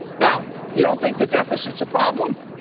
now, you don't think the deficit's a problem?